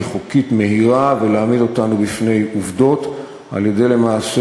חוקית מהירה ולהעמיד אותנו בפני עובדות על-ידי למעשה